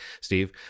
Steve